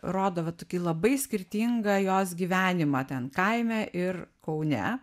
rodo va tokį labai skirtingą jos gyvenimą ten kaime ir kaune